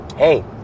Hey